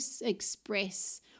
express